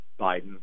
Biden